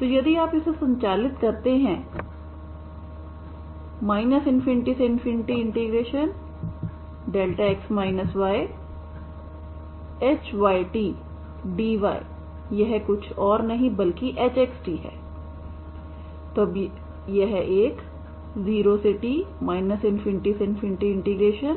तो यदि आप इसे संचालित करते हैं ∞δhytdyयह कुछ और नहीं बल्कि hxt है अब यह एक 0t ∞2x2Sx yt shysdydsहै